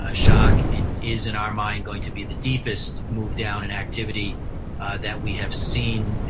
ah shock. it is, in our mind, going to be the deepest move down in activity that we have seen,